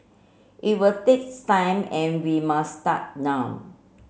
it will takes time and we must start now